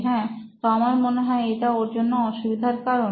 হ্যাঁ তো আমার মনে হয় এটা ওর জন্য অসুবিধার কারণ